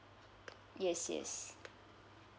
yes yes